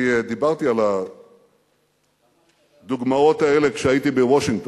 אני דיברתי על הדוגמאות האלה כשהייתי בוושינגטון,